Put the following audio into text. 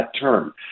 term